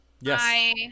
Yes